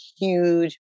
huge